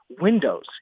Windows